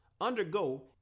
undergo